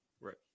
Right